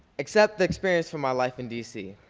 except the experience for my life in dc.